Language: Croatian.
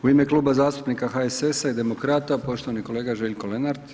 U ime Kluba zastupnika HSS-a i Demokrata poštovani kolega Željko Lenart.